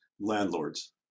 landlord's